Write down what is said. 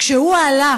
כשהוא עלה